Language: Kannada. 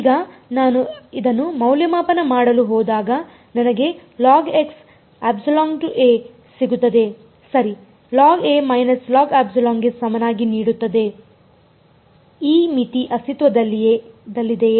ಈಗ ನಾನು ಇದನ್ನು ಮೌಲ್ಯಮಾಪನ ಮಾಡಲು ಹೋದಾಗ ನನಗೆ ಸಿಗುತ್ತದೆ ಸರಿ ಗೆ ಸಮನಾಗಿ ನೀಡುತ್ತದೆ ಈ ಮಿತಿ ಅಸ್ತಿತ್ವದಲ್ಲಿದೆಯೇ